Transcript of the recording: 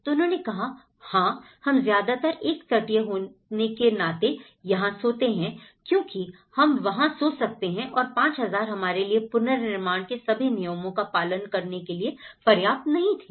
तो उन्होंने कहा हाँ हम ज्यादातर एक तटीय होने के नाते यहाँ सोते हैं क्योंकि हम वहाँ सो सकते हैं और 5000 हमारे लिए पुनर्निर्माण के सभी नियमों का पालन करने के लिए पर्याप्त नहीं थे